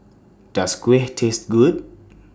Does Kuih Taste Good